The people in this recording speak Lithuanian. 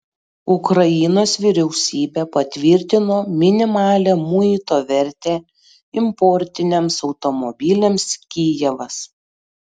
ukrainos vyriausybė patvirtino minimalią muito vertę importiniams automobiliams kijevas